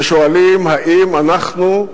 ששואלים האם אנחנו,